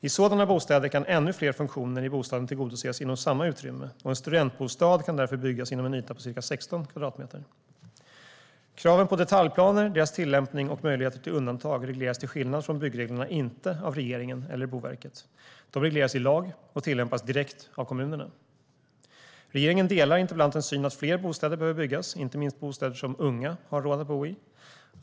I sådana bostäder kan ännu fler funktioner i bostaden tillgodoses inom samma utrymme och en studentbostad kan därför byggas inom en yta på ca 16 kvadratmeter. Kraven på detaljplaner, deras tillämpning och möjligheter till undantag, regleras till skillnad från byggreglerna inte av regeringen eller Boverket. De regleras i lag och tillämpas direkt av kommunerna. Regeringen delar interpellantens syn att fler bostäder behöver byggas, inte minst bostäder som unga har råd att bo i.